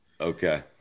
Okay